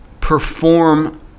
perform